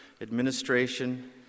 administration